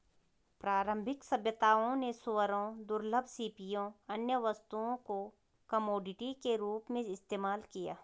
प्रारंभिक सभ्यताओं ने सूअरों, दुर्लभ सीपियों, अन्य वस्तुओं को कमोडिटी के रूप में इस्तेमाल किया